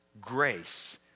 Grace